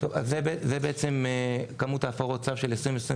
זה מספר הפרות הצו ב-2022